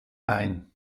ein